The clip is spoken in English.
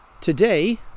Today